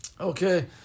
Okay